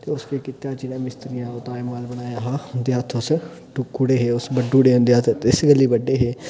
ते उस केह् कीता जेल्लै मिस्त्रियें ओह् ताजमहल बनाया हा उं'दे हत्थ उस टुक्की ओड़े हे उस बड्डी ओड़े हे ते इस गल्लै बड्डे हे